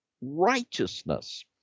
righteousness